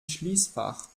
schließfach